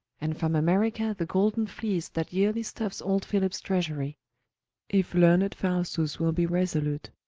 and from america the golden fleece that yearly stuffs old philip's treasury if learned faustus will be resolute.